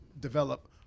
develop